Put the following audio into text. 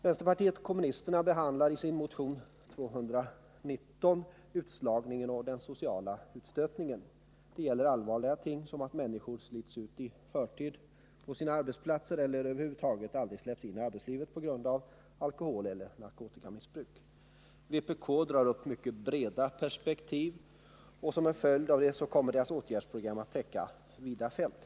Vänsterpartiet kommunisterna behandlar i sin motion 219 utslagningen och den sociala utstötningen. Det gäller allvarliga företeelser, som att människor på grund av alkoholeller narkotikamissbruk slås ut i förtid från sina arbetsplatser eller över huvud taget aldrig släpps in i arbetslivet. Vpk sätter i motionen in detta i mycket breda perspektiv, och som en följd av det kommer deras åtgärdsprogram att täcka vida fält.